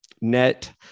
net